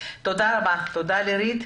תודה, לירית.